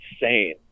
insane